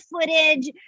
footage